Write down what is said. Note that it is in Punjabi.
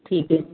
ਠੀਕ ਹੈ ਜੀ